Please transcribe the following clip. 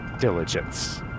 diligence